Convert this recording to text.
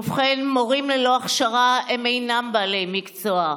ובכן, מורים ללא הכשרה אינם בעלי מקצוע.